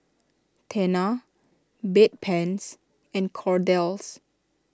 Tena Bedpans and Kordel's